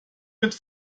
mit